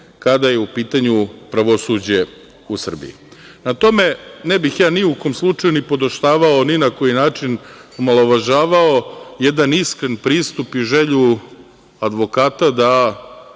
kada je u pitanju pravosuđe u Srbiji. Prema tome, ne bih ja ni u kom slučaju nipodaštavao, ni na koji način omalovažavao jedan iskren pristup i želju advokata da